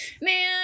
man